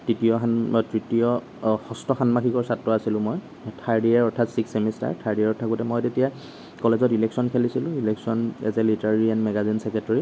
তৃতীয় তৃতীয় ষষ্ঠ ষান্মাসিকৰ ছাত্ৰ আছিলোঁ মই থাৰ্ড ইয়াৰ অৰ্থাৎ ছিক্স ছেমিষ্টাৰ থাৰ্ড ইয়াৰত থাকোতে মই তেতিয়া কলেজত ইলেকশ্যন খেলিছিলোঁ election as a literary and magazine secretary